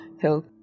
health